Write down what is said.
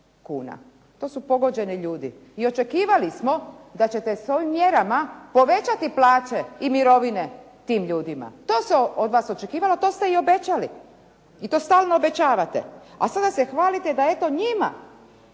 To su pogođeni ljudi. I očekivali smo da ćete s ovim mjerama povećati plaće i mirovine tim ljudima. To se od vas očekivalo, to ste i obećali i to stalno obećavate, a sada se hvalite da eto njima